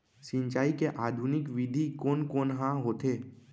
सिंचाई के आधुनिक विधि कोन कोन ह होथे?